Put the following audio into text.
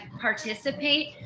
participate